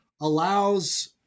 allows